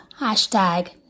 Hashtag